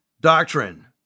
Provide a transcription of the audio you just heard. doctrine